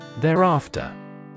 Thereafter